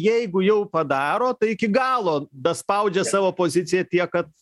jeigu jau padaro tai iki galo daspaudžia savo poziciją tiek kad